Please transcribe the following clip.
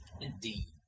Indeed